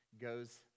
goes